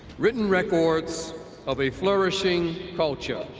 written records of a flourishing culture.